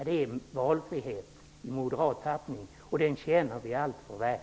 Det är valfrihet i moderat tappning, och den känner vi alltför väl.